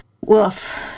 Woof